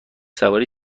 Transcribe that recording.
سواری